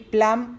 Plum